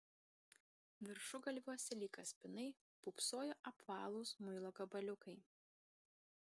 viršugalviuose lyg kaspinai pūpsojo apvalūs muilo gabaliukai